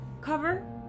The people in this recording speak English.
cover